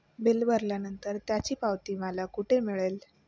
Bill भरल्यानंतर त्याची पावती मला कुठे मिळेल?